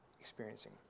experiencing